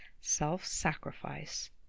self-sacrifice